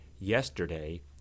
yesterday